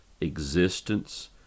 existence